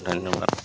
ধন্যবাদ